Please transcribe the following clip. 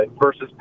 versus